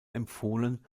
empfohlen